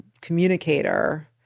communicator